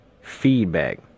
feedback